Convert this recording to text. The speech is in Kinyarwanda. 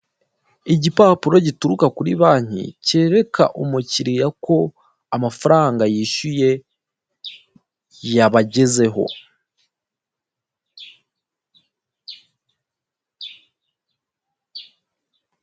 Igipapuro gituruka kuri banki cyereka umukiriya ko amafaranga yishyuye yabagezeho.